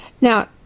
Now